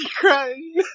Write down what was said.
crying